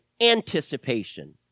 anticipation